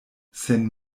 sen